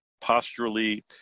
posturally